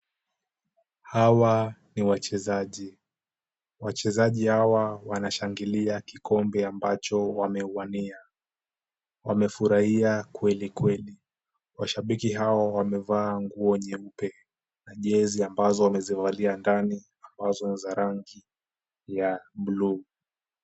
Hawa ni wachezaji. Wachezaji hawa wanashangilia kikombe ambacho wamewania. Wamefurahia kweli kweli. Mashabiki hawa wamevaa nguo nyeupe na jezi ambazo wamezivalia ndani, ambazo ni za rangi ya blue .